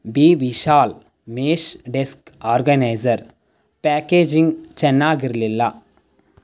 B Vishal mesh desk organiser packaging ಚೆನ್ನಾಗಿರಲಿಲ್ಲ